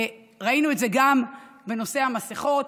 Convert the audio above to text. ראינו את זה גם בנושא המסכות,